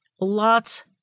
lots